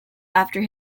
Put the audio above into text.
after